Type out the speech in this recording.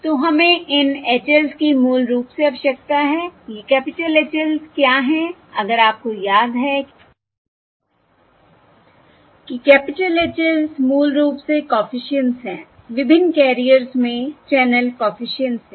तो हमें इन H ls की मूल रूप से आवश्यकता है ये कैपिटल H ls क्या हैं अगर आपको याद है कि कैपिटल H ls मूल रूप से कॉफिशिएंट्स है विभिन्न केरियर्स में चैनल कॉफिशिएंट्स है